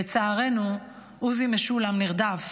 לצערנו, עוזי משולם נרדף,